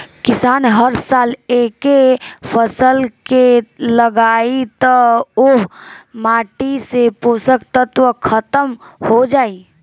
किसान हर साल एके फसल के लगायी त ओह माटी से पोषक तत्व ख़तम हो जाई